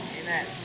Amen